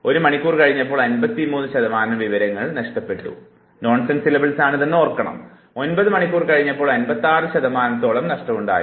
ഒരു മണിക്കൂർ കഴിഞ്ഞപ്പോൾ 53 ശതമാനം വിവരങ്ങൾ നഷ്ടപ്പെട്ടു 9 മണിക്കൂർ കഴിഞ്ഞപ്പോൾ 56 ശതമാനത്തോളം നഷ്ടം നമുക്കുണ്ടായി